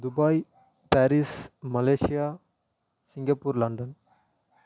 Dubai Paris Malaysia Singapore London